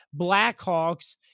Blackhawks